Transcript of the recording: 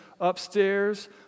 upstairs